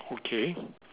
okay